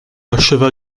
acheva